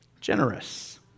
generous